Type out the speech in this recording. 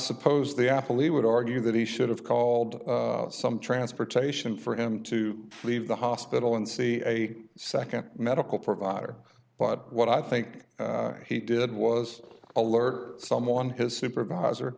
suppose the athlete would argue that he should have called some transportation for him to leave the hospital and see a nd medical provider but what i think he did was alert someone his supervisor